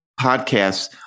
podcasts